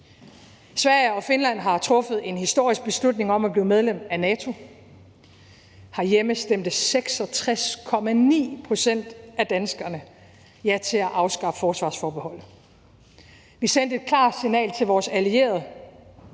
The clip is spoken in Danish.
Sverige og Finland har truffet en historisk beslutning om at blive medlem af NATO. Herhjemme stemte 66,9 pct. af danskerne ja til at afskaffe forsvarsforbeholdet. Vi sendte et klart signal til vores allierede,